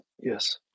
yes